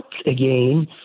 again